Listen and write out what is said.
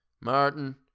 Martin